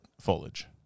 foliage